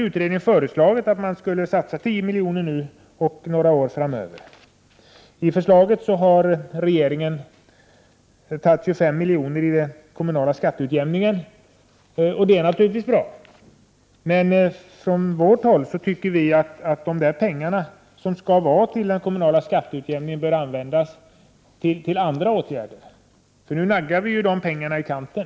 Utredningen föreslog att det skulle satsas 10 milj.kr. nu och några år framöver. I förslaget har regeringen tagit 25 milj.kr. av den kommunala skatteutjämningen, vilket naturligtvis är bra. 93 Men centern anser att de pengar som är avsedda för den kommunala skatteutjämningen bör användas till andra åtgärder än denna. Nu naggas ju dessa pengar i kanten.